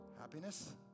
Happiness